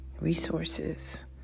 resources